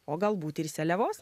o galbūt ir seliavos